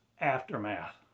aftermath